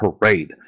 Parade